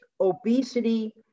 obesity